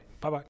Bye-bye